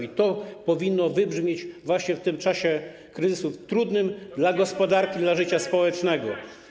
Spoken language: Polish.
I to powinno wybrzmieć właśnie w tym czasie kryzysu, trudnym dla gospodarki, dla życia społecznego.